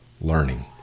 learning